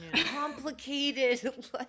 complicated